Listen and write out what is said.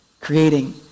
creating